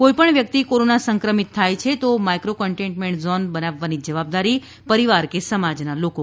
કોઇપણ વ્યક્તિ કોરોના સંક્રમિત થાય છે તો માઇક્રો કન્ટેઇન્ટમેન્ટ ઝોન બનાવવાની જવાબદારી પરિવાર કે સમાજના લોકો કરે